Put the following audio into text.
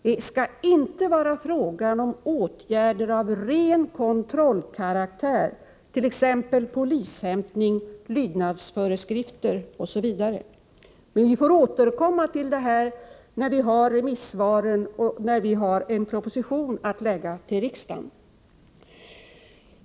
Det skall inte vara åtgärder av ren kontrollkaraktär, t.ex. polishämtning eller lydnadsföreskrifter. Vi får återkomma till detta när vi har remissvaren och en proposition att förelägga för riksdagen.